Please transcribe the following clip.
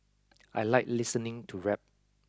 I like listening to rap